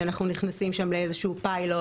שאנחנו נכנסים שם לאיזה שהוא פיילוט.